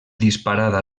disparada